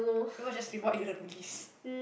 people just report to the police